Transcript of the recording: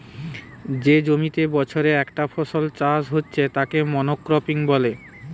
যে জমিতে বছরে একটা ফসল চাষ হচ্ছে তাকে মনোক্রপিং বলে